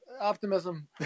Optimism